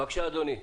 בבקשה, אדוני.